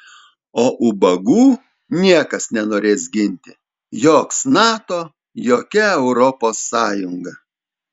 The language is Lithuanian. o ubagų niekas nenorės ginti joks nato jokia europos sąjunga